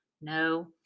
No